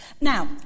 Now